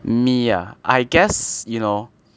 me ah I guess you know